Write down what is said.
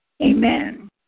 amen